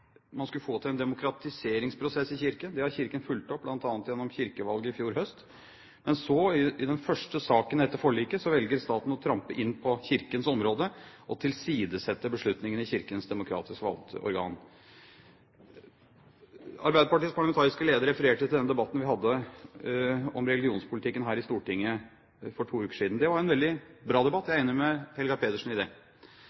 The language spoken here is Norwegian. man skulle få til en demokratiseringsprosess i Kirken. Det har Kirken fulgt opp, bl.a. gjennom kirkevalget i fjor høst. Men så, i den første saken etter forliket, velger staten å trampe inn på Kirkens område og tilsidesette beslutningen i Kirkens demokratisk valgte organ. Arbeiderpartiets parlamentariske leder refererte til den debatten vi hadde om religionspolitikken her i Stortinget for to uker siden. Det var en veldig bra debatt, jeg